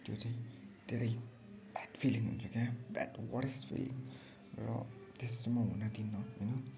त्यो चाहिँ धेरै ब्याड फिलिङ हुन्छ क्या ब्याड वर्स्ट फिलिङ र त्यस्तो चाहिँ म हुन दिन्न होइन